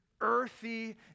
earthy